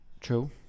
True